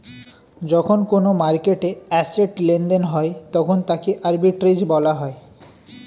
যখন কোনো মার্কেটে অ্যাসেট্ লেনদেন হয় তখন তাকে আর্বিট্রেজ বলা হয়